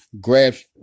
grabs